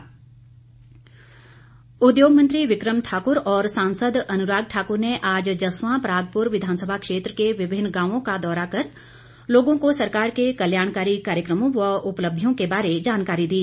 उद्योग मंत्री उद्योग मंत्री विक्रम ठाकुर और सांसद अनुराग ठाकुर ने आज जसवां परागपुर विधानसभा क्षेत्र के विभिन्न गांवों का दौरा कर लोगों को सरकार के कल्याणकारी कार्यक्रमों व उपलब्धियों बारे जानकारी दी